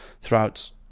throughout